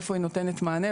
איפה היא נותנת מענה.